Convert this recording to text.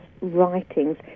writings